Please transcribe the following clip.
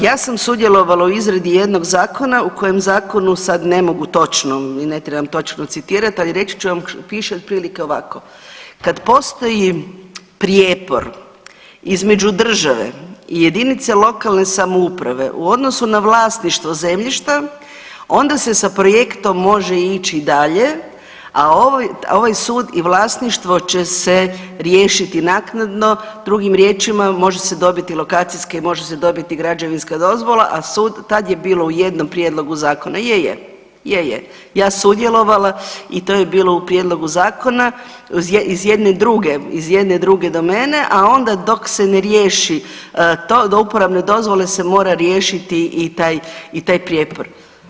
Ja sam sudjelovala u izradi jednog zakona u kojem zakonu sad ne mogu točno i ne trebam točno citirat, ali reći ću vam, piše otprilike ovako, kad postoji prijepor između države i JLS u odnosu na vlasništvo zemljišta onda se sa projektom može ići dalje, a ovaj sud i vlasništvo će se riješiti naknadno, drugim riječima može se dobiti lokacijska i može se dobiti građevinska dozvola, a sud, tad je bilo u jednom prijedlogu zakona, je, je, je, je, ja sudjelovala i to je bilo u prijedlogu zakona iz jedne druge, iz jedne druge domene, a onda dok se ne riješi to, do uporabne dozvole se mora riješiti i taj, i taj prijepor.